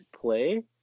play